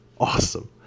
awesome